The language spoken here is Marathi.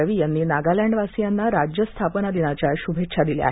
रवी यांनी नागालँड वासियांना राज्य स्थापना दिनाच्या श्भेच्छा दिल्या आहेत